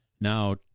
Now